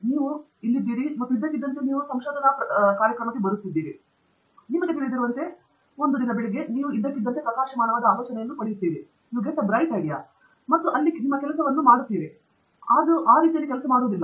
ನೀವು ಇಲ್ಲಿದ್ದೀರಿ ಮತ್ತು ಇದ್ದಕ್ಕಿದ್ದಂತೆ ಎಲ್ಲೋ ಒಂದು ಸಂಶೋಧನಾ ಕಾರ್ಯಕ್ರಮಕ್ಕೆ ಬರುತ್ತಿದ್ದೀರಿ ಮತ್ತು ನಂತರ ನಿಮಗೆ ತಿಳಿದಿದೆ ಒಂದು ಉತ್ತಮ ಬೆಳಿಗ್ಗೆ ನೀವು ಇದ್ದಕ್ಕಿದ್ದಂತೆ ಪ್ರಕಾಶಮಾನವಾದ ಕಲ್ಪನೆಯನ್ನು ಪಡೆಯುತ್ತೀರಿ ಮತ್ತು ಅದು ಇಲ್ಲಿದೆ ನಿಮ್ಮ ಕೆಲಸವನ್ನು ಮಾಡಲಾಗುತ್ತದೆ ಅದು ಆ ರೀತಿಯಲ್ಲಿ ಕೆಲಸ ಮಾಡುವುದಿಲ್ಲ